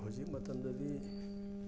ꯍꯧꯖꯤꯛ ꯃꯇꯝꯗꯗꯤ